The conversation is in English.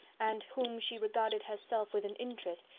and whom she regarded herself with an interest,